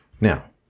now